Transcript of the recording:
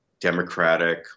democratic